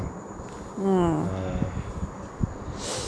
ah